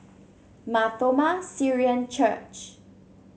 Mar Thoma Syrian Church